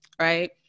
right